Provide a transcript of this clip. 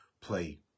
play